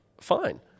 fine